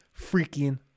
freaking